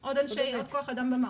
זה עוד כוח אדם במעון.